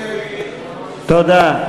תודה.